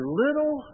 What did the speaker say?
little